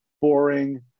boring